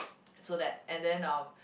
so that and then um